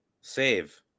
save